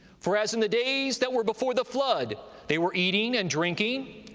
for as in the days that were before the flood they were eating and drinking,